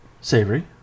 Savory